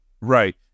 right